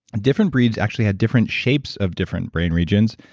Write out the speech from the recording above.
different breeds actually had different shapes of different brain regions.